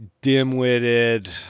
dim-witted